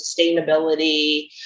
sustainability